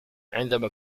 عندما